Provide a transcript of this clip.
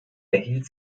erhielt